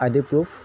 ID proof